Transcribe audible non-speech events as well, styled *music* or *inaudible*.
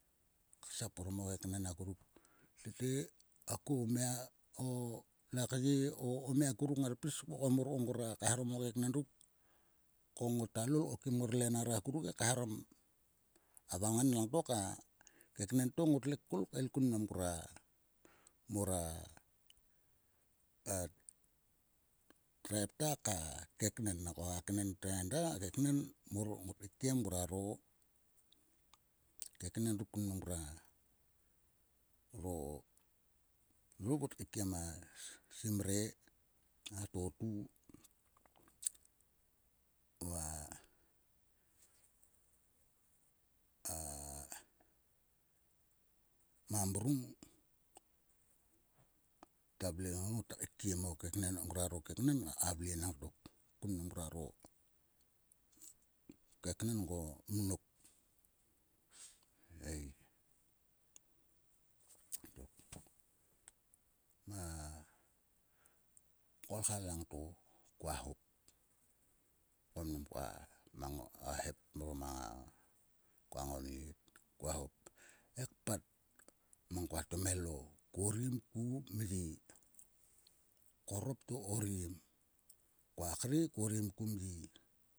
Ksap orom o keknen akuruk. Te *unintelligible* o ta kye o. omi o akuruk ngar koul pis vokom mor ko ngror kacharom o keknen ruk. Ko ngota lol ko kim ngor lenar akuruk he kacharom. A val ngan langto ka keknen to. ngotle kol kael kun mnam ngora mora a tvaip ta ka keknen. Nangko a keknen to eda a keknen. Mor ngot keikiem ngroaro keknen ruk kun kim ngruaro. Mor ngot keikiem a simre. a totu va a mamrung tavle he ngruak keikiem ngruaro keknen ngata vle enang tok. Kun mnam ngruaro keknen ngo mnok ei endruk. Ma kolkha langto koa hop ko mang koa hop. Koa ngonit koa hop koa pat mang koa tomhelo. ko orim kum ye. Korop to korim. Koakre ko orim.